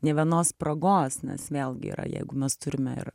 nė vienos progos nes vėlgi yra jeigu mes turime ir